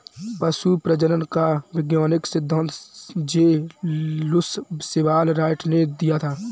पशु प्रजनन का वैज्ञानिक सिद्धांत जे लुश सीवाल राइट ने दिया था